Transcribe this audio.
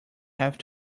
have